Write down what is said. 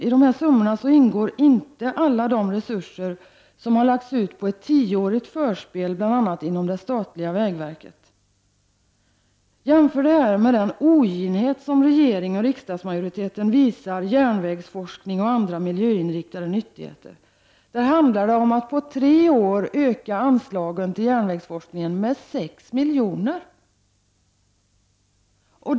I dessa summor ingår inte alla de resurser som lagts ut på ett tioårigt förspel inom bl.a. det statliga vägverket. Jämför detta med den oginhet som regeringen och riksdagsmajoriteten visar järnvägsforskning och andra miljöinriktade nyttigheter! Där handlar det om att under tre år öka anslagen till järnvägsforskningen med 6 milj.kr.